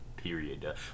period